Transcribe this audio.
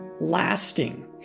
lasting